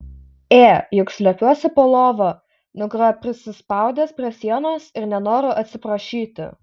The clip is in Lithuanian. ė juk slepiuosi po lova nugara prisispaudęs prie sienos ir nenoriu atsiprašyti